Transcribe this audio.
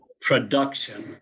production